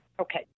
Okay